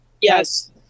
yes